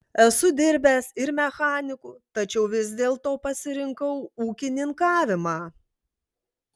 esu dirbęs ir mechaniku tačiau vis dėlto pasirinkau ūkininkavimą